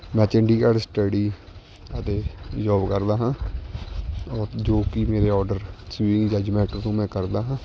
ਮੈਂ ਚੰਡੀਗੜ੍ਹ ਸਟੱਡੀ ਅਤੇ ਜੌਬ ਕਰਦਾ ਹਾਂ ਓ ਜੋ ਕਿ ਮੇਰੇ ਔਡਰ ਸਵਿਗੀ ਜਾਂ ਜੌਮੈਟੋ ਤੋਂ ਮੈਂ ਕਰਦਾ ਹਾਂ